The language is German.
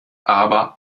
aber